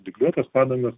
dygliuotos padangos